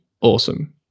awesome